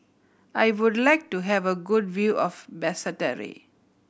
I would like to have a good view of Basseterre